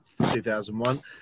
2001